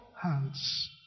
hands